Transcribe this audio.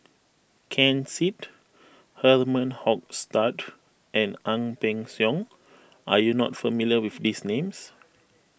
Ken Seet Herman Hochstadt and Ang Peng Siong are you not familiar with these names